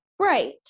right